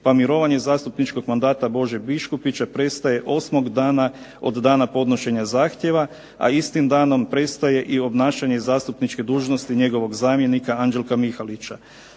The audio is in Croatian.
pa mirovanje zastupničkog mandata Bože Biškupića prestaje osmog dana od dana podnošenja zahtjeva, a istim danom prestaje i obnašanje zastupničke dužnosti njegovog zamjenika Anđelka Mihalića.